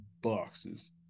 boxes